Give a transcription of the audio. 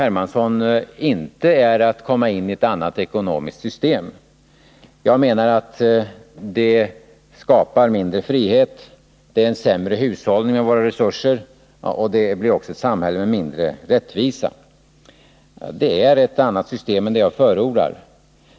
Hermansson inte är att komma in i ett annat ekonomiskt system. Jag menar att det skapar mindre frihet, att det är en sämre hushållning med våra resurser och att det också blir ett samhälle med mindre rättvisa. Det är ett annat system än det jag förordar.